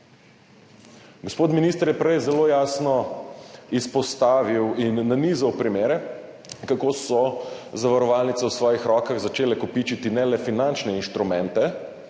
Gospod minister je prej zelo jasno izpostavil in nanizal primere, kako so zavarovalnice v svojih rokah začele kopičiti ne le finančne inštrumente,